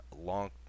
long